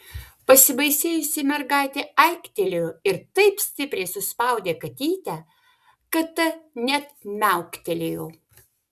pasibaisėjusi mergaitė aiktelėjo ir taip stipriai suspaudė katytę kad ta net miauktelėjo